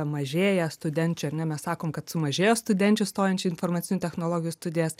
mažėja studenčių ar ne mes sakom kad sumažėjo studenčių stojančių į informacinių technologijų studijas